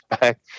back